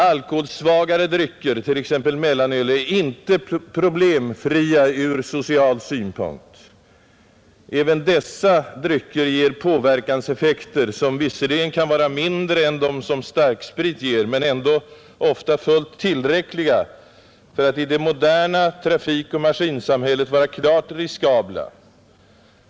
Alkoholsvagare drycker, t.ex. mellanöl, är inte problemfria ur social synpunkt. Även dessa drycker ger påverkanseffekter, som visserligen kan vara mindre än de som starksprit ger men ändå ofta fullt tillräckliga för att i det moderna trafikoch maskinsamhället vara klart riskabla.